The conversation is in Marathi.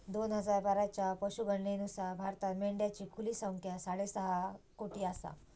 दोन हजार बाराच्या पशुगणनेनुसार भारतात मेंढ्यांची खुली संख्या साडेसहा कोटी आसा